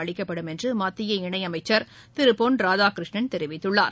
அளிக்கப்படும் என்றுமத்திய இணையமைச்சர் திருபொன் ராதாகிருஷ்ணன் தெரிவித்துள்ளார்